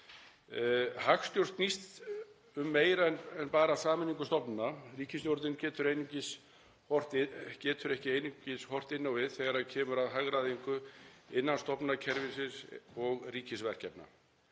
Hagstjórn snýst um meira en bara sameiningu stofnana. Ríkisstjórnin getur ekki einungis horft inn á við þegar kemur að hagræðingu innan stofnanakerfisins og ríkisverkefna.